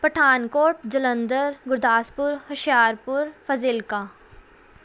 Pathankot Jalandhar Gurdaspur Hoshiarpur Fazilka